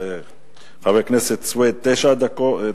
לחבר הכנסת סוייד תשע דקות.